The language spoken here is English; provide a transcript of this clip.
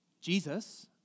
Jesus